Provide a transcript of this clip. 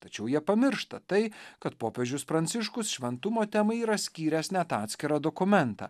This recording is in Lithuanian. tačiau jie pamiršta tai kad popiežius pranciškus šventumo temai yra skyręs net atskirą dokumentą